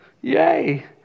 Yay